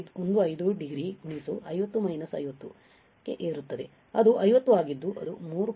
15 degree 50 50 ಕ್ಕೆ ಏರುತ್ತದೆ ಅದು 50 ಆಗಿದ್ದು ಅದು 3